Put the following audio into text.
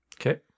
Okay